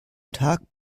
tag